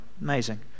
Amazing